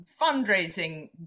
fundraising